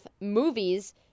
movies